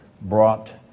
brought